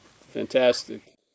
fantastic